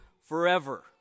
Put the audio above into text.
forever